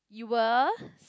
you were